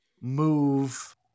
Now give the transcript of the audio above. move